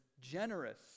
generous